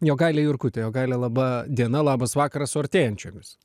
jogailė jurkutė jogailė laba diena labas vakaras su artėjančiomis